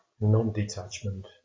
non-detachment